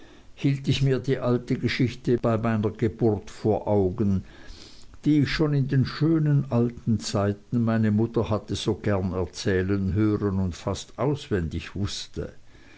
hielt ich mir die alte geschichte bei meiner geburt vor augen die ich schon in den schönen alten zeiten meine mutter hatte so gern erzählen hören und fast auswendig wußte